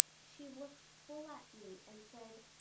she looked full at me and said,